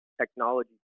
Technology